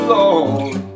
Lord